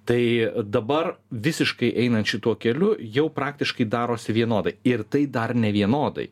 tai dabar visiškai einant šituo keliu jau praktiškai darosi vienodai ir tai dar nevienodai